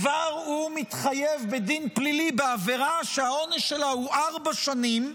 כבר הוא מתחייב בדין פלילי בעבירה שהעונש שלה הוא ארבע שנים,